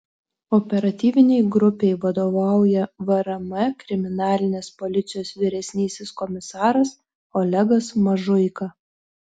operatyvinei grupei vadovauja vrm kriminalinės policijos vyresnysis komisaras olegas mažuika